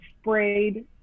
sprayed